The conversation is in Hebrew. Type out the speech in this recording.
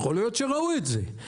יכול להיות שראו את זה.